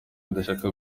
adashaka